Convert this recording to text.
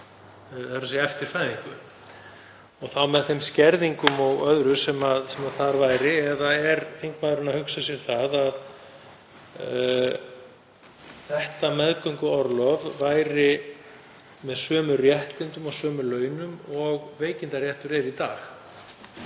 síðan eftir fæðingu og þá með þeim skerðingum og öðru sem þar væri? Eða hugsar þingmaðurinn sér að þetta meðgönguorlof væri með sömu réttindum og sömu launum og veikindaréttur er í dag?